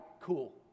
cool